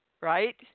Right